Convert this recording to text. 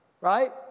Right